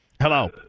Hello